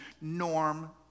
norm